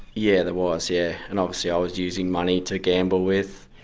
yeah there was, yeah, and obviously i was using money to gamble with.